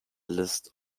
list